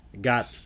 got